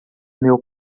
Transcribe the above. meu